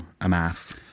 amass